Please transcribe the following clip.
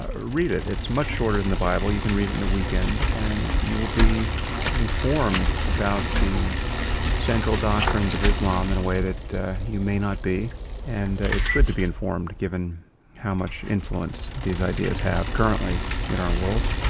ah read it. it's much shorter than the bible. you can read it in a weekend and you will be informed about the central doctrines of islam in a way that you may not be and it's good to be informed, given how much influence these ideas have currently in our world.